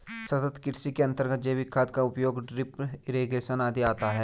सतत् कृषि के अंतर्गत जैविक खाद का उपयोग, ड्रिप इरिगेशन आदि आता है